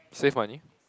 save money